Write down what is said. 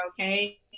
okay